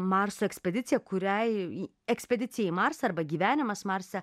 marso ekspedicija kuriai ekspedicija į marsą arba gyvenimas marse